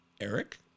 Eric